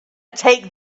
take